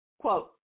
quote